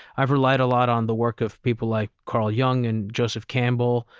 i've relied a lot on the work of people like carl jung and joseph campbell,